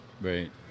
Right